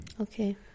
Okay